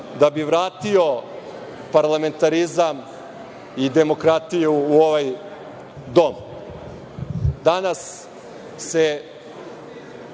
da bi vratio parlamentarizam i demokratiju u ovaj dom. Danas se